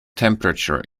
temperature